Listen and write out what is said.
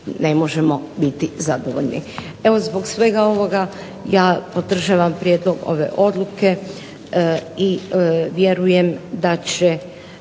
ne možemo biti zadovoljni. Evo zbog svega ovoga ja podržavam prijedlog ove odluke i vjerujem da će